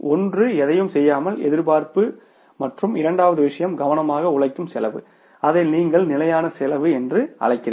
ஒன்று எதையும் செய்யாமல் எதிர்பார்ப்பு மற்றும் இரண்டாவது விஷயம் கவனமாக உழைக்கும் செலவு அதை நீங்கள் நிலையான செலவு என்று அழைக்கிறீர்கள்